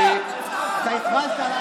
יש פה ייעוץ.